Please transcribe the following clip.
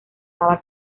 daba